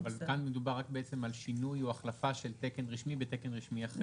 אבל כאן מדובר על שינוי או החלפה של תקן רשמי בתקן רשמי אחר.